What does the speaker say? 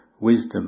wisdom